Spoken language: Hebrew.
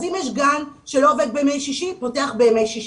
אז אם יש גן שלא עובד בימי שישי, פותח בימי שישי.